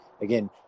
again